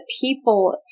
people